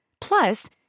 Plus